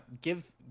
Give